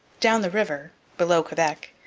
down the river, below quebec,